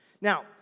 Now